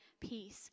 peace